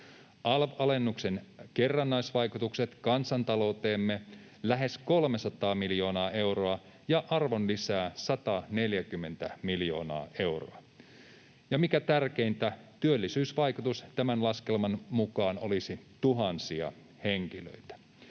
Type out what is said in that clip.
alv-alennuksen kerrannaisvaikutukset kansantalouteemme lähes 300 miljoonaa euroa ja arvonlisä 140 miljoonaa euroa, ja mikä tärkeintä, työllisyysvaikutus tämän laskelman mukaan olisi tuhansia henkilöitä.